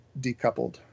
decoupled